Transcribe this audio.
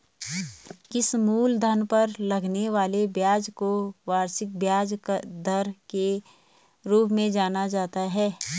किसी मूलधन पर लगने वाले ब्याज को वार्षिक ब्याज दर के रूप में जाना जाता है